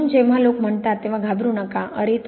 म्हणून जेव्हा लोक म्हणतात तेव्हा घाबरू नका "अरे